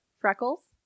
freckles